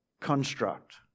construct